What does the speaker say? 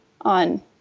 on